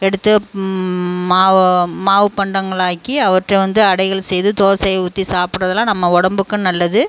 எடுத்து மாவு மாவு பண்டங்களாக்கி அவற்றை வந்து அடைகள் செய்து தோசை ஊற்றி சாப்புடறதுலாம் நம்ம உடம்புக்கும் நல்லது